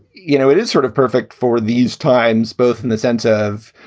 you know, it is sort of perfect for these times, both in the sense of,